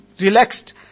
relaxed